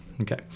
Okay